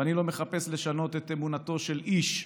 ואני לא מחפש לשנות את אמונתו של איש,